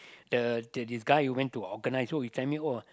the the guy who went to organise oh he tell me oh